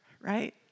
right